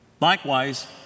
Likewise